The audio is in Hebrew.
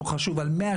לא חושב על איזה סכום,